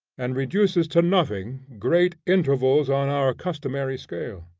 and reduces to nothing great intervals on our customary scale.